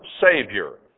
Savior